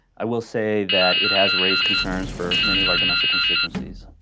i will say that it has raised concerns for many of our domestic constituencies